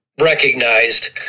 recognized